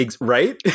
Right